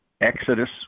Exodus